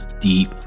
deep